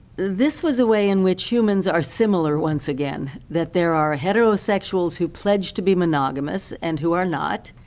this was a way in which humans are similar once again that there are heterosexuals who pledge to be monogamous and who are not,